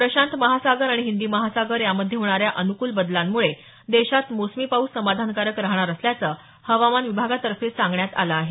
प्रशांत महासागर आणि हिंदी महासागर यामध्ये होणाऱ्या अनुकूल बदलांमुळे देशात मोसमी पाऊस समाधानकारक राहणार असल्याचं हवामान विभागातर्फे सांगण्यात आलं आहे